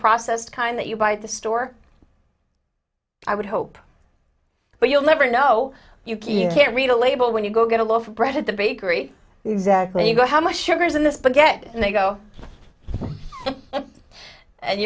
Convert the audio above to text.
processed kind that you buy the store i would hope but you'll never know you can't read a label when you go get a loaf of bread at the bakery exactly you know how much sugar is in the spaghetti and they go and